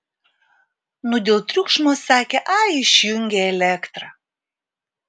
nu dėl triukšmo sakė ai išjungė elektrą